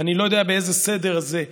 אני לא יודע באיזה סדר זה,